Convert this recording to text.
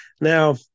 Now